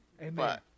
Amen